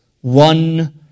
one